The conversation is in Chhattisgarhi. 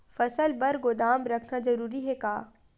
फसल बर गोदाम रखना जरूरी हे का?